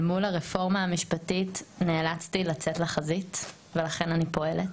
מול הרפורמה המשפטית נאלצתי לצאת לחזית ולכן אני פועלת.